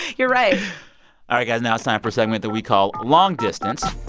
you're right all right, guys. now it's time for segment that we call long distance.